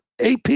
AP